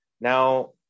Now